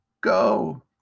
go